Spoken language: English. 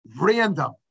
random